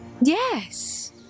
Yes